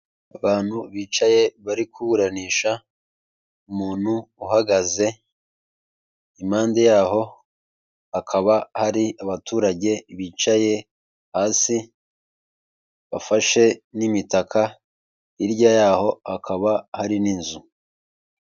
Abantu bicaye bari kuburanisha umuntu uhagaze, impande yaho hakaba hari abaturage bicaye hasi bafashe n'imitaka hirya yaho akaba hari n'inzu.